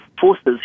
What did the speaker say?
forces